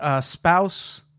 spouse